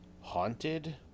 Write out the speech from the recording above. Haunted